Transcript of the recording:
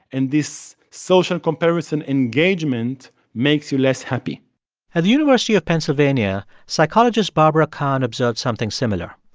and this social comparison engagement makes you less happy at the university of pennsylvania, psychologist barbara kahn observed something similar.